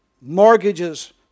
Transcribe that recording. mortgages